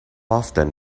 often